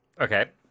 Okay